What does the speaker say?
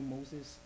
Moses